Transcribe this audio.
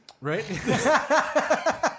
Right